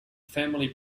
family